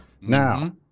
Now